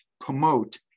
promote